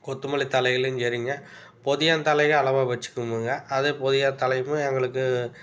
கொத்தமல்லி தழைகளும் சரிங்க புதியாந்தழையும் அளவாக வச்சுக்கணுங்க அதே புதியாந்தழையுமே எங்களுக்கு